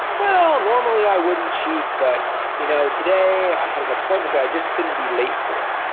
well, normally i wouldn't cheat, but you know today, i had an appointment that i just couldn't be late for,